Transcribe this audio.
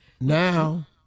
Now